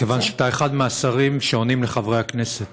מכיוון שאתה אחד מהשרים שעונים לחברי הכנסת.